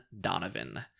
Donovan